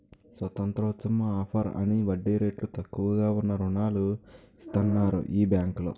స్వతంత్రోత్సవం offer అని వడ్డీ రేట్లు తక్కువగా ఉన్న రుణాలు ఇస్తన్నారు ఈ బేంకులో